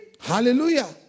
Hallelujah